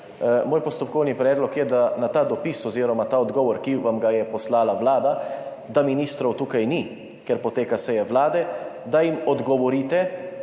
Moj postopkovni predlog je, da jim na ta dopis oziroma ta odgovor, ki vam ga je poslala Vlada, da ministrov tukaj ni, ker poteka seja Vlade, odgovorite,